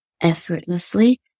effortlessly